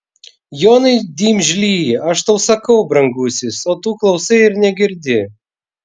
jonai dimžly aš tau sakau brangusis o tu klausai ir negirdi